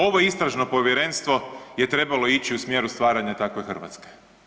Ovo istražno povjerenstvo je trebalo ići u smjeru stvaranja takve Hrvatske.